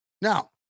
Now